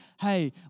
hey